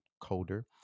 colder